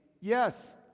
yes